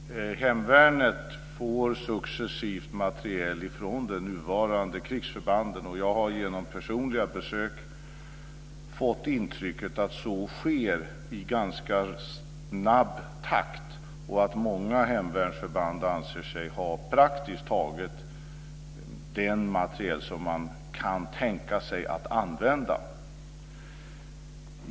Fru talman! Hemvärnet får successivt materiel från de nuvarande krigsförbanden. Jag har genom personliga besök fått intrycket att så sker i ganska snabb takt och att många hemvärnsförband anser sig ha praktiskt taget den materiel man kan tänka sig att använda.